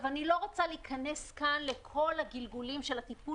אני לא רוצה להיכנס כאן לכל הגלגולים של הטיפול